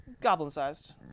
Goblin-sized